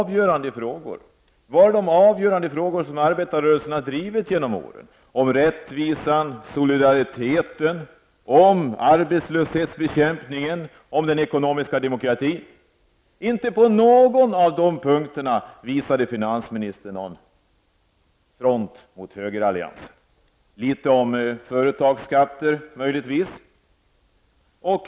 Handlar det om de avgörande frågor som arbetarrörelsen har drivit under årens lopp om rättvisa, om solidaritet, om bekämpandet av arbetslösheten eller om den ekonomiska demokratin? Inte på någon av dessa punkter uppvisade finansministern någon front gentemot högeralliansen. Ja, möjligen gäller det i någon mån företagsskatterna.